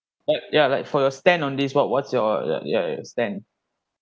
ya like for your stand on this what what's your your your stand